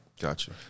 Gotcha